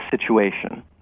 situation